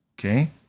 okay